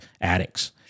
addicts